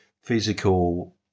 physical